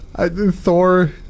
Thor